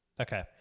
Okay